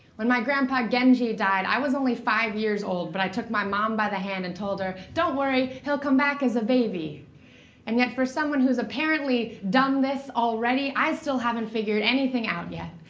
when my grandpa genji died, i was only five years old, but i took my mom by the hand and told her, don't worry. he'll come back as a baby and yet for someone who's apparently done this already, i still haven't figured anything out yet.